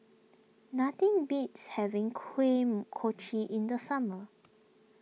nothing beats having Kuih Kochi in the summer